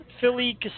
Philly